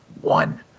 one